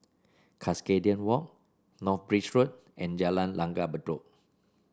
Cuscaden Walk North Bridge Road and Jalan Langgar Bedok